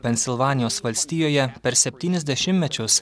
pensilvanijos valstijoje per septynis dešimtmečius